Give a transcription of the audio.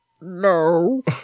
No